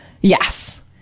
Yes